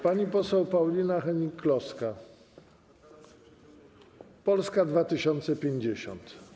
Pani poseł Paulina Hennig-Kloska, Polska 2050.